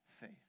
faith